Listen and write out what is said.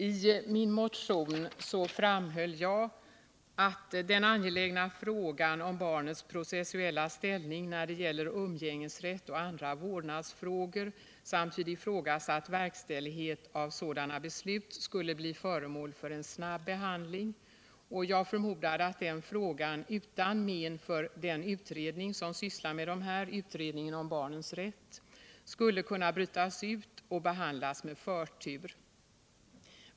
I min motion framhöll jag att den angelägna frågan om barnets processuella ställning när det gäller umgängesrätt och andra vårdnadsfrågor samt vid ifrågasatt verkställighet av sådana beslut borde bli föremål för snabb behandling. Jag förmodar att den frågan utan men för den utredning som sysslar med detta, utredningen om barns rättsliga ställning, skulle kunna brytas ut och behandlas med förtur.